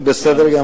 בסדר גמור.